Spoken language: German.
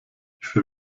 für